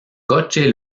coche